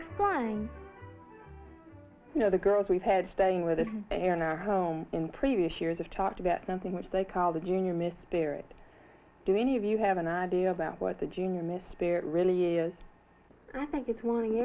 explain you know the girls we've had staying with us here in our home in previous years of talk about something which they call the union miss period do any of you have an idea about what the junior miss spirit really years and i think it's wanting